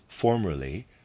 formerly